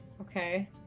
Okay